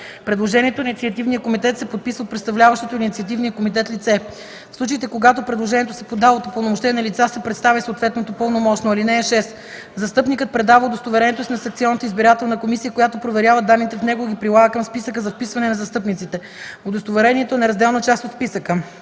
Предложението на инициативния комитет се подписва от представляващото инициативния комитет лице. В случаите, когато предложението се подава от упълномощени лица, се представя и съответното пълномощно. (6) Застъпникът предава удостоверението си на секционната избирателна комисия, която проверява данните в него и го прилага към списъка за вписване на застъпниците. Удостоверението е неразделна част от списъка.